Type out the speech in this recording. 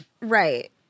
Right